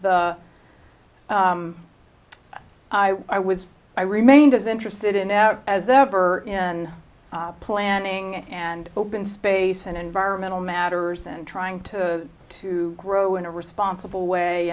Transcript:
that i i was i remained as interested in out as ever and planning and open space and environmental matters and trying to to grow in a responsible way